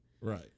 Right